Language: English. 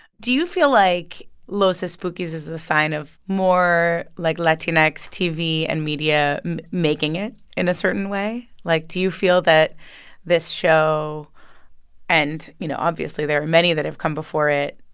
do you feel like los espookys is a sign of more, like, latinx tv and media making it in a certain way? like, do you feel that this show and you know, obviously, there are many that have come before it.